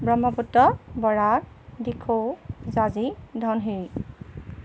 ব্ৰহ্মপুত্ৰ বৰাক দিখৌ জাঁজি ধনশিৰি